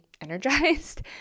energized